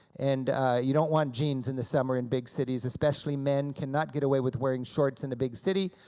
and you don't want jeans in the summer, in big cities especially. men cannot get away with wearing shorts in a big city,